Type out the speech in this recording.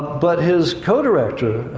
but his co-director,